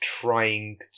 trying